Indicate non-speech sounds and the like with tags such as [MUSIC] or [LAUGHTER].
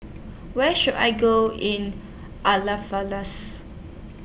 Where should I Go in [UNINTELLIGIBLE]